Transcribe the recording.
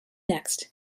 next